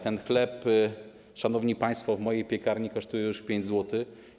Ten chleb, szanowni państwo, w mojej piekarni kosztuje już 5 zł.